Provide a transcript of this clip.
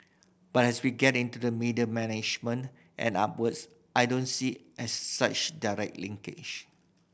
but as we get into the middle management and upwards I don't see as such direct linkage